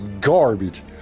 garbage